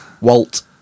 Walt